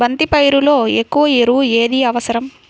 బంతి పైరులో ఎక్కువ ఎరువు ఏది అవసరం?